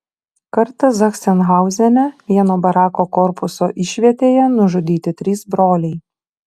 kartą zachsenhauzene vieno barako korpuso išvietėje nužudyti trys broliai